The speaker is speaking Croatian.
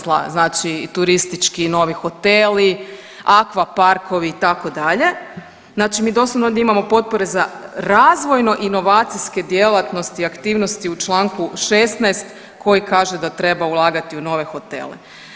Znači turistički novi hoteli, akvaparkovi itd., znači mi doslovno ovdje imamo potpore za razvojno inovacijske djelatnosti i aktivnosti u Članku 16. koji kaže da treba ulagati u nove hotele.